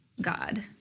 God